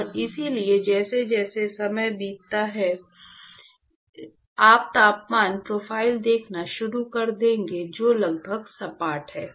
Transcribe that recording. और इसलिए जैसे जैसे समय बीतता है आप तापमान प्रोफाइल देखना शुरू कर देंगे जो लगभग सपाट हैं